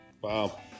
Wow